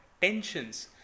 tensions